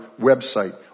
website